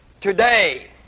today